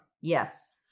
Yes